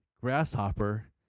grasshopper